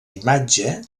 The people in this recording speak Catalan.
imatge